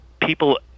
people